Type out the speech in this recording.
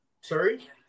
Sorry